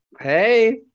Hey